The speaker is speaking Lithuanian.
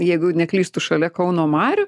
jeigu neklystu šalia kauno marių